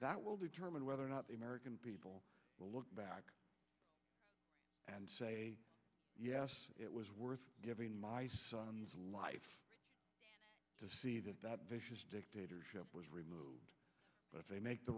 that will determine whether or not the american people will look back and say yes it was worth giving my son's life to see that that vicious dictatorship was removed but they make the